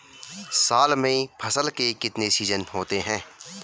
साल में फसल के कितने सीजन होते हैं?